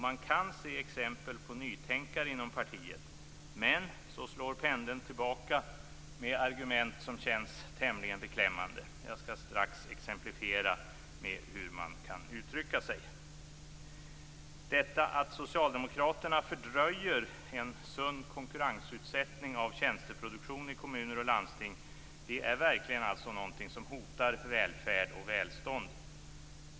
Man kan se exempel på nytänkare inom partiet. Men så slår pendeln tillbaka med argument som känns tämligen beklämmande. Jag skall strax exemplifiera med hur man kan uttrycka sig. Detta att Socialdemokraterna fördröjer en sund konkurrensutsättning av tjänsteproduktion i kommuner och landsting är verkligen något som hotar välfärd och välstånd.